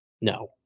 No